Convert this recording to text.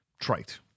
trite